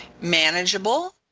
manageable